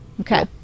Okay